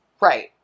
Right